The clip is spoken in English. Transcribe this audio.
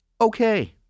Okay